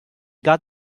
got